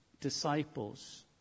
disciples